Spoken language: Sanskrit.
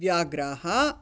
व्याघ्राः